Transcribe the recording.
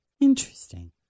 Interesting